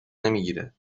نمیگیره